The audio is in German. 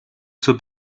zur